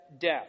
death